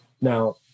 Now